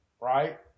right